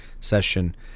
session